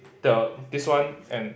the this one and